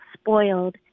spoiled